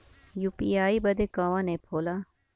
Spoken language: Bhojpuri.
यू.पी.आई बदे कवन ऐप होला?